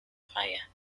fire